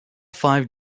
five